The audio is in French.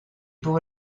pour